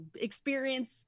experience